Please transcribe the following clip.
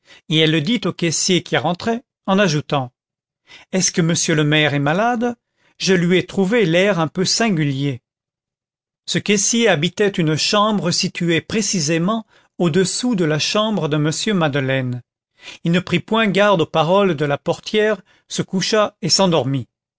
et elle le dit au caissier qui rentrait en ajoutant est-ce que monsieur le maire est malade je lui ai trouvé l'air un peu singulier ce caissier habitait une chambre située précisément au-dessous de la chambre de m madeleine il ne prit point garde aux paroles de la portière se coucha et s'endormit